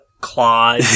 Claw